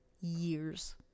years